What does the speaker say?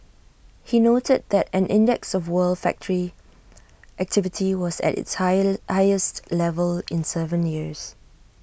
he noted that an index of world factory activity was at its high highest level in Seven years